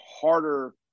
harder